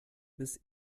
bis